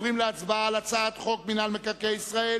הצעת חוק מינהל מקרקעי ישראל